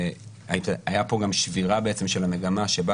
הייתה פה גם שבירה בעצם של המגמה שבה